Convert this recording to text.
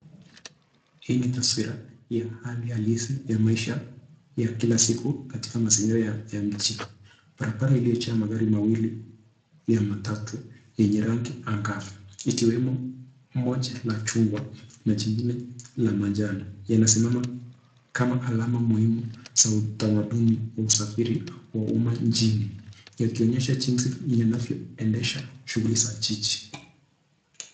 Hii ni taswira ya hali halisi ya maisha ya kila siku katika mazingira ya nchi. Barabara iliyojaa magari mawili ya matatu yenye rangi angavu ikiwemo moja la chungwa na jingine la manjano yanasimama kama alama muhimu za utamaduni wa usafiri wa umma nchini yakionyesha jinsi yanavyoendesha shughuli za jiji.